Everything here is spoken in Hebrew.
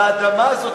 והאדמה הזאת,